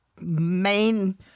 main